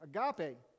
Agape